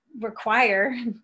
require